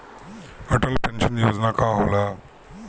Atal pension योजना का होला?